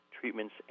treatments